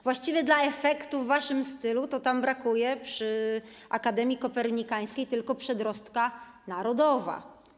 Właściwie dla efektu w waszym stylu brakuje przy Akademii Kopernikańskiej tylko przedrostka: narodowa.